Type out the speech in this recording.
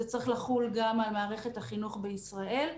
זה צריך לחול גם על מערכת החינוך בישראל,